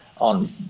on